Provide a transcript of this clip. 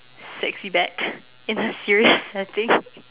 sexy back and I'm serious I think